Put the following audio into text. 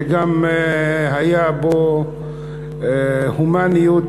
שגם הייתה בו מספיק הומניות,